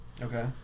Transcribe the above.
Okay